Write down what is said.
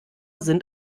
sind